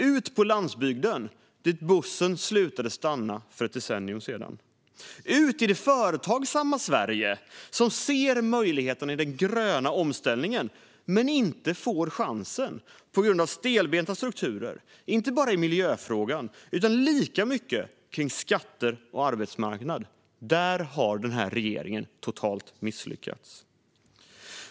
Ut på landsbygden, där bussen slutade stanna för ett decennium sedan! Ut i det företagsamma Sverige, som ser möjligheterna i den gröna omställningen men inte får chansen på grund av stelbenta strukturer, inte bara i miljöfrågan utan lika mycket vad gäller skatter och arbetsmarknad! Där har regeringen misslyckats totalt.